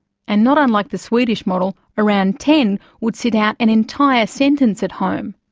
and not unlike the swedish model, around ten would sit out an entire sentence at home.